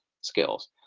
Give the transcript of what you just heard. skills